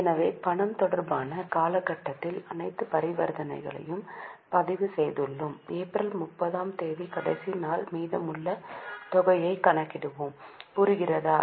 எனவே பணம் தொடர்பான காலகட்டத்தில் அனைத்து பரிவர்த்தனைகளையும் பதிவு செய்துள்ளோம் ஏப்ரல் 30 ஆம் தேதி கடைசி நாள் மீதமுள்ள தொகையை கணக்கிடுவோம் புரிகிறதா